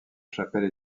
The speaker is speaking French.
chapelle